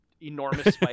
enormous